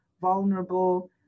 vulnerable